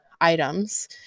items